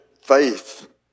faith